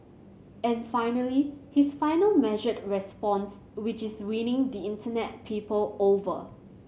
and finally his final measured response which is winning the Internet people over